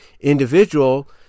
individual